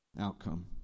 outcome